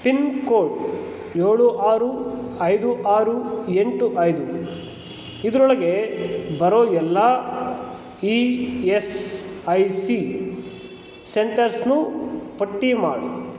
pin code ಏಳು ಆರು ಐದು ಆರು ಎಂಟು ಐದು ಇದರೊಳಗೆ ಬರೋ ಎಲ್ಲ ಇ ಎಸ್ ಐ ಸಿ ಸೆಂಟರ್ಸ್ನೂ ಪಟ್ಟಿಮಾಡು